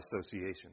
association